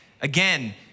Again